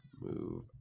move